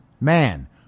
man